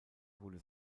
wurde